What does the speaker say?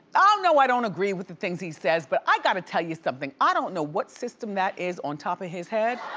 ah know, i don't agree with the things he says but i gotta tell you something, i don't know what system that is on top of his head.